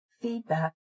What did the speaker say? feedback